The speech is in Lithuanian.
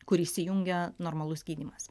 kur įsijungia normalus gydymas